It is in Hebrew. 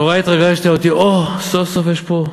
נורא התרגשתי, אמרתי: או, סוף-סוף יש פה,